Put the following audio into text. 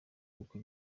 uko